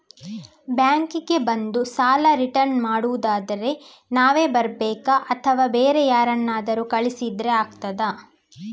Bank ಗೆ ಬಂದು ಸಾಲ ರಿಟರ್ನ್ ಮಾಡುದಾದ್ರೆ ನಾವೇ ಬರ್ಬೇಕಾ ಅಥವಾ ಬೇರೆ ಯಾರನ್ನಾದ್ರೂ ಕಳಿಸಿದ್ರೆ ಆಗ್ತದಾ?